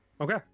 Okay